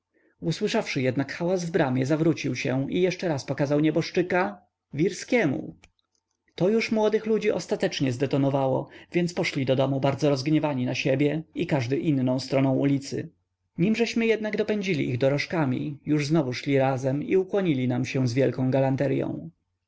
skompromitować usłyszawszy jednak hałas w bramie zawrócił się i jeszcze raz pokazał nieboszczyka wirskiemu to już młodych ludzi ostatecznie zdetonowało więc poszli do domu bardzo rozgniewani na siebie i każdy inną stroną ulicy nimeśmy jednak dopędzili ich dorożkami już znowu szli razem i ukłonili się nam z wielką